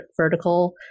vertical